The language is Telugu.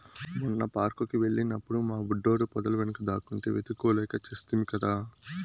మొన్న పార్క్ కి వెళ్ళినప్పుడు మా బుడ్డోడు పొదల వెనుక దాక్కుంటే వెతుక్కోలేక చస్తిమి కదా